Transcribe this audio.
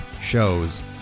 shows